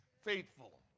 faithful